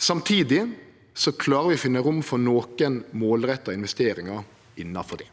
Samtidig klarar vi å finne rom for nokon målretta investeringar innanfor det.